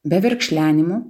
be verkšlenimų